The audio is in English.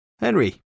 Henry